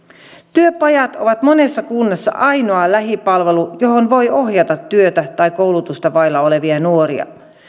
työpajat ovat monessa kunnassa ainoa lähipalvelu johon voi ohjata työtä tai koulutusta vailla olevia nuoria